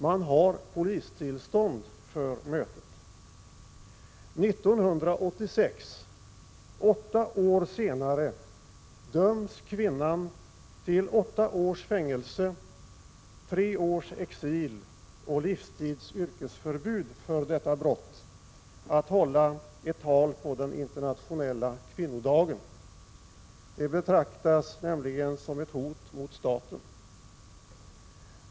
Man har polistillstånd för mötet. År 1986, åtta år senare, döms kvinnan till åtta års fängelse, tre års exil och livstids yrkesförbud för detta brott att ha hållit ett tal på den internationella kvinnodagen. Det betraktas nämligen som ett hot mot staten.